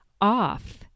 off